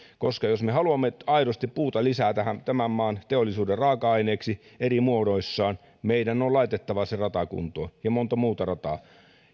koska jos me haluamme aidosti puuta lisää tämän maan teollisuuden raaka aineeksi eri muodoissaan meidän on laitettava kuntoon se rata ja monta muuta rataa